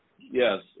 Yes